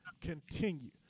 continue